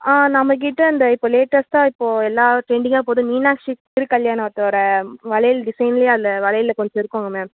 ஆ நம்ம கிட்ட இந்த இப்போ லேட்டஸ்ட்டாக இப்போது எல்லா ட்ரெண்டிங்காக போது மீனாட்சி திருக்கல்யாணத்தோடய வளையல் டிசைன்லையும் அந்த வளையலில் கொஞ்சம் இருக்குதுங்க மேம்